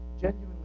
genuinely